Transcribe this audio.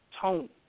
tone